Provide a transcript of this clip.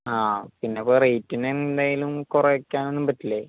ആ പിന്നെ ഇപ്പോൾ റേറ്റിന് എന്തെങ്കിലും കുറയ്ക്കാനൊന്നും പറ്റില്ലേ